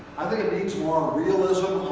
i think it needs more realism,